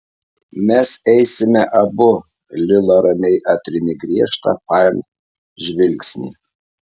mes eisime abu lila ramiai atrėmė griežtą fain žvilgsnį